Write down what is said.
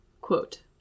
Quote